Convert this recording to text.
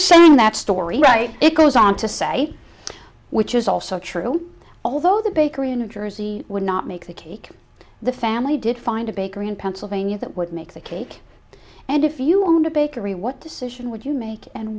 g that story right it goes on to say which is also true although the bakery in new jersey would not make the cake the family did find a bakery in pennsylvania that would make the cake and if you owned a bakery what decision would you make and